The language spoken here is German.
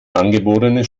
angeborene